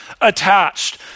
attached